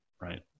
Right